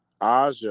aja